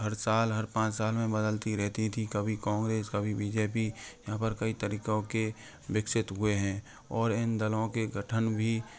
हर साल हर पाँच साल में बदलती रहती थीं कभी कोंग्रेस कभी बी जे पी यहाँ पर कई तरीकों के विकसित हुए हैं और इन दलो के गठन भी